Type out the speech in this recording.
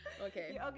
Okay